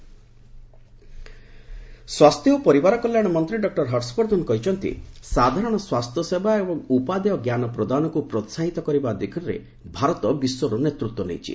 ହର୍ଷବର୍ଦ୍ଧନ ସ୍ୱାସ୍ଥ୍ୟ ଓ ପରିବାର କଲ୍ୟାଣ ମନ୍ତ୍ରୀ ଡକ୍ଟର ହର୍ଷବର୍ଦ୍ଧନ କହିଛନ୍ତି ସାଧାରଣ ସ୍ୱାସ୍ଥ୍ୟସେବା ଏବଂ ଉପାଦେୟ ଜ୍ଞାନ ପ୍ରଦାନକୁ ପ୍ରୋହାହିତ କରିବା କ୍ଷେତ୍ରରେ ଭାରତ ବିଶ୍ୱର ନେତୃତ୍ୱ ନେଇଛି